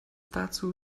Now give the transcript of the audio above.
dazu